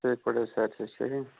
ٹھیٖک پٲٹھۍ حظ صحت چھِ حظ ٹھیٖکٕے